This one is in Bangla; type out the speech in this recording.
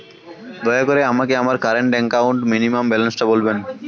দয়া করে আমাকে আমার কারেন্ট অ্যাকাউন্ট মিনিমাম ব্যালান্সটা বলেন